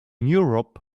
europe